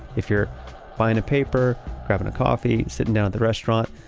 if you're buying a paper, grabbing a coffee, sitting down at the restaurant,